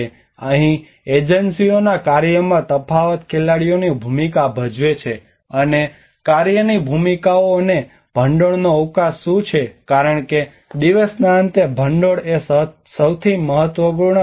અહીં એજન્સીઓના કાર્યમાં તફાવત ખેલાડીઓની ભૂમિકા ભજવે છે અને કાર્યની ભૂમિકાઓ અને ભંડોળનો અવકાશ શું છે કારણ કે દિવસના અંતે ભંડોળ એ સૌથી મહત્વપૂર્ણ ભાગ છે